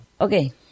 Okay